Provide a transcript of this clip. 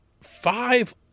five